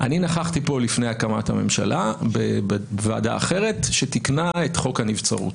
הם לא יוכלו להשתולל בו וזה מעביר את השאלה לבית המשפט.